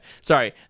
Sorry